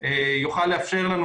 יתאפשר לנו